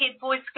voice